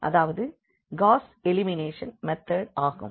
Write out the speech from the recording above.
அதாவது Gauss elimination method ஆகும்